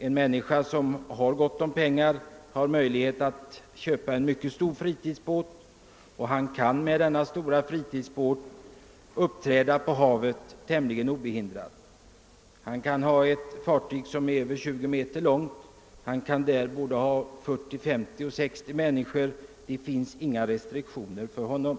En person med gott om pengar kan t.ex. köpa en mycket stor fritidsbåt och uppträda tämligen obehindrat på havet med den. Han kan köpa ett över 20 meter långt fartyg och ha 40 — 50 — 60 människor ombord. Det finns därvidlag inga restriktioner för honom.